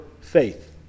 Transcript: faith